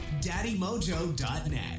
daddymojo.net